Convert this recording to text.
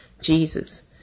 Jesus